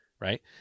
right